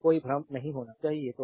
तो कोई भ्रम नहीं होना चाहिए